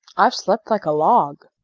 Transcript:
i've slept like a log.